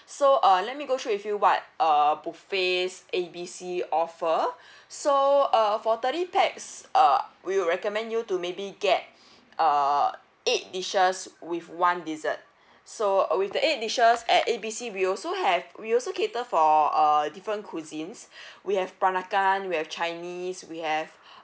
so uh let me go through with you what uh buffets A B C offer so uh for thirty pax uh we would recommend you to maybe get err eight dishes with one dessert so uh with the eight dishes at A B C we also have we also cater for uh different cuisines we have peranakan we have chinese we have